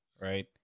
right